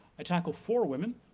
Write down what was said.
i tackle four women,